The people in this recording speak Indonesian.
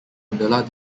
jendela